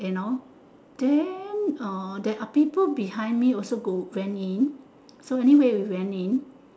you know then uh there are people behind me also go went in so anyway we went in